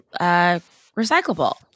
recyclable